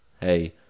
Hey